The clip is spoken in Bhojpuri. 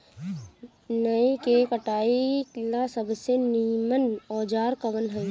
ईख के कटाई ला सबसे नीमन औजार कवन होई?